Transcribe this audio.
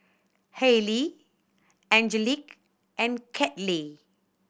Halie Angelic and Kathey